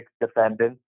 defendants